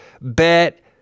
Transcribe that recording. bet